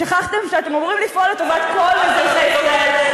שכחתם שאתם אמורים לפעול לטובת כל אזרחי מדינת ישראל.